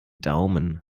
daumen